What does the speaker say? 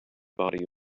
body